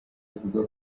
avuga